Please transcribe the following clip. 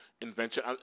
invention